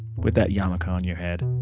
with that yarmulke on your head.